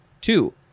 two